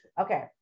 Okay